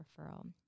referral